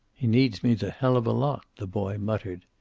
he needs me the hell of a lot, the boy muttered.